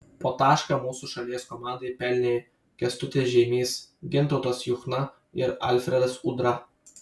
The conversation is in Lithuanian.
po tašką mūsų šalies komandai pelnė kęstutis žeimys gintautas juchna ir alfredas udra